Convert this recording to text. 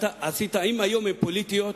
אם היום הן פוליטיות,